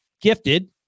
gifted